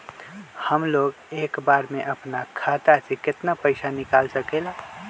हमलोग एक बार में अपना खाता से केतना पैसा निकाल सकेला?